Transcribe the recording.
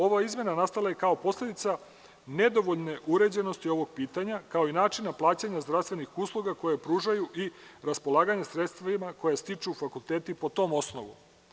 Ova izmena nastala je kao posledica nedovoljne uređenosti ovog pitanja kao i načina plaćanja zdravstvenih usluga koje pružaju i raspolaganja sredstvima koje stiču fakulteti po tom osnovu.